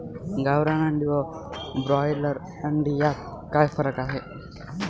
गावरान अंडी व ब्रॉयलर अंडी यात काय फरक आहे?